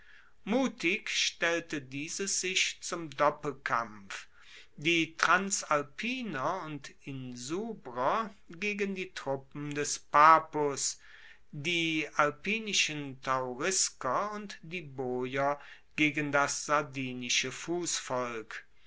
mutig stellte dieses sich zum doppelkampf die transalpiner und insubrer gegen die truppen des papus die alpinischen taurisker und die boier gegen das sardinische